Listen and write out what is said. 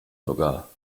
sogar